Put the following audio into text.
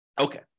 Okay